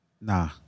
Nah